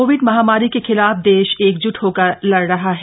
Covid महामारी के खिलाफ देश एकजुट होकर लड़ रहा है